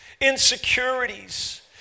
insecurities